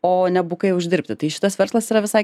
o ne bukai uždirbti tai šitas verslas yra visai